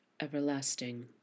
everlasting